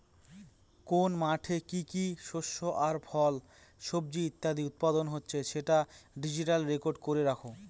কোন মাঠে কি কি শস্য আর ফল, সবজি ইত্যাদি উৎপাদন হচ্ছে সেটা ডিজিটালি রেকর্ড করে রাখে